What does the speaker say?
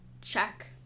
check